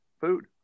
food